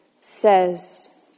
says